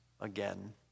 again